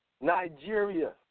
Nigeria